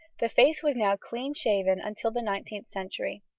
the face was now clean shaven until the nineteenth century.